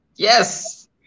yes